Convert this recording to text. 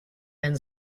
and